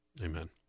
Amen